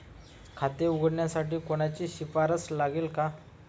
खाते उघडण्यासाठी कोणाची शिफारस लागेल का?